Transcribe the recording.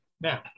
Now